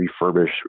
refurbish